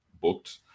booked